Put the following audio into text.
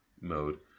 mode